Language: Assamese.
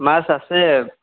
মাছ আছে